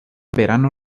verano